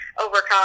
overcome